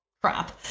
crap